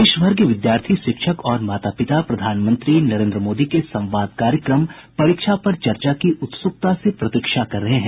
देश भर के विद्यार्थी शिक्षक और माता पिता प्रधानमंत्री नरेन्द्र मोदी के संवाद कार्यक्रम परीक्षा पर चर्चा की उत्सुकता से प्रतीक्षा कर रहे हैं